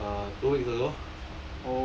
uh uh two weeks ago